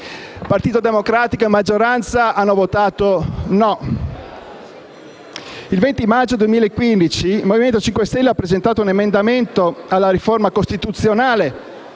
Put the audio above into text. Partito Democratico e la maggioranza hanno votato no. Il 20 maggio 2015 il Movimento 5 Stelle ha presentato un emendamento alla riforma costituzionale